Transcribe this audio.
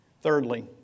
thirdly